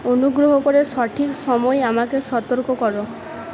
অনুগ্রহ করে সঠিক সময়ে আমাকে সতর্ক করো